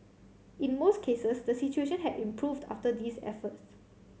in most cases the situation had improved after these efforts